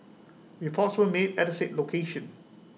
reports were made at the said location